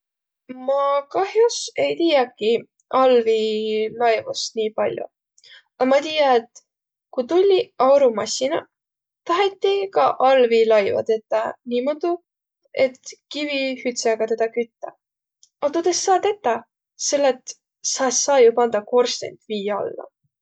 Ma kah'os ei tiiäkiq allviilaivost nii pall'o. A ma tiiä, et ku tulliq aurumassinaq, taheti ka allviilaiva tetäq niimoodu, et kivihüdsega tedä küttä. A tuud es saaq tetäq, selle et sa es saaq ju pandaq korstent vii alla.